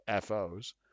FOs